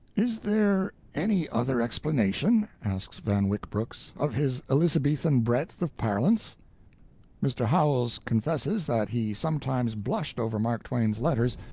is there any other explanation, asks van wyck brooks, of his elizabethan breadth of parlance mr. howells confesses that he sometimes blushed over mark twain's letters,